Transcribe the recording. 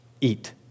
eat